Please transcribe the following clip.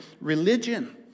religion